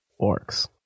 orcs